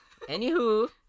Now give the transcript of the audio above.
anywho